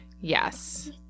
Yes